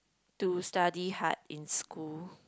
to study hard in school